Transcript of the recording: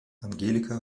angelika